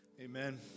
Amen